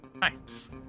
Nice